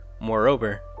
Moreover